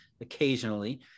occasionally